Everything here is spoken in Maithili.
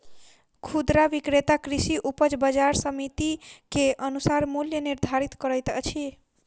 खुदरा विक्रेता कृषि उपज बजार समिति के अनुसार मूल्य निर्धारित करैत अछि